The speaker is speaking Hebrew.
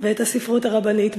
ואת הספרות הרבנית.